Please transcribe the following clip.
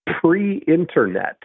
Pre-internet